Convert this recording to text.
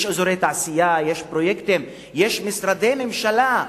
יש אזורי תעשייה, יש פרויקטים, יש משרדי מממשלה.